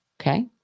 Okay